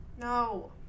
No